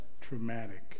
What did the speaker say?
traumatic